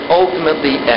ultimately